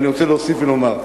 אני רוצה להוסיף ולומר,